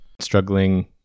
struggling